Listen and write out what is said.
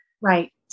right